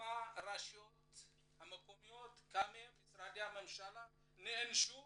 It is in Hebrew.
כמה רשויות מקומיות, כמה משרדי ממשלה נענשו